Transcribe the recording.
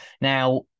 Now